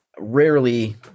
rarely